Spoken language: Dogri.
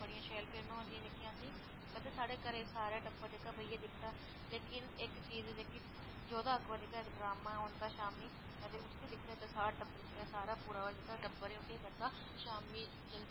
ते हिन्दी फिल्मां बड़ियां शैल फिल्मां होंदियां जेह्कियां असेंगी मतलव जेह्का साढ़े घरे दा सारा टब्बर बेहियै दिखदा लेकिन इक चीज जोद्दा अकबर जेह्का इक ड्रामा ऐ ओह् ओंदा शाम्मी ते उसी दिक्खने गी सारा टब्बर ओह् केह् करदा शाम्मी जल्दी रुट्टी काही ओड़दा